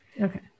Okay